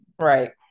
Right